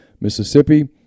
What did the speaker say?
Mississippi